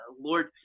Lord